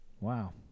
Wow